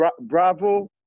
Bravo